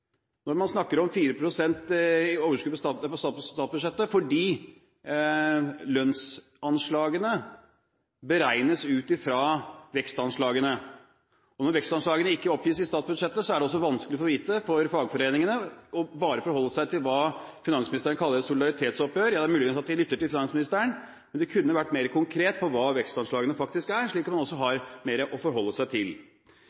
når man snakker om 4 pst. overskudd på statsbudsjettet, fordi lønnsanslagene beregnes ut fra vekstanslagene. Når vekstanslagene ikke oppgis i statsbudsjettet, er det vanskelig for fagforeningene bare å forholde seg til hva finansministeren kaller et solidaritetsoppgjør. Det er mulig de lytter til finansministeren, men man kunne vært mer konkret på hva vekstanslagene faktisk er, slik at man